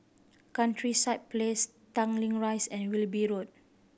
Countryside Place Tanglin Rise and Wilby Road